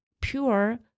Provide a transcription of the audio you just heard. pure